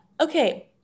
Okay